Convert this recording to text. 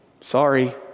Sorry